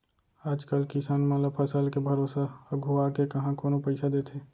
आज कल किसान मन ल फसल के भरोसा अघुवाके काँहा कोनो पइसा देथे